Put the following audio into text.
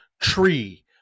tree